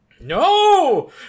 No